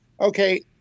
Okay